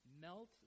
Melt